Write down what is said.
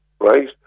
right